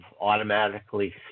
automatically